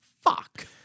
Fuck